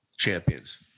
Champions